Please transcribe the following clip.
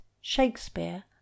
shakespeare